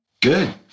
Good